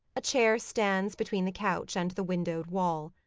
a chair stands between the couch and the windowed wall.